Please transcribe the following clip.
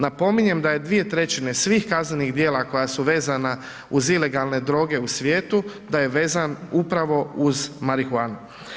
Napominjem da je 2/3 svih kaznenih djela koja su vezana uz ilegalne droge u svijetu, da je vezan upravo uz marihuanu.